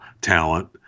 talent